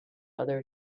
other